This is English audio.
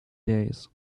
days